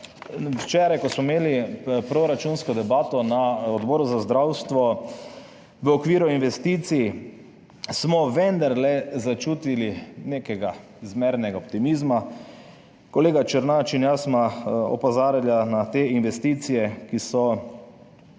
včeraj, ko smo imeli proračunsko debato na Odboru za zdravstvo v okviru investicij, smo vendarle začutili nekega zmernega optimizma. Kolega Černač in jaz sva opozarjala na te investicije, ki so,